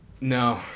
No